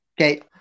Okay